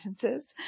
sentences